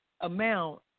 amount